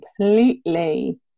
completely